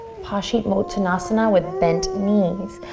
paschimottanasana with bent knees.